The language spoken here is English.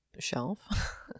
shelf